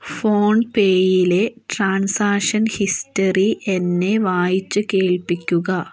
ഫോൺപേയിലെ transaction history എന്നെ വായിച്ചുകേൾപ്പിക്കുക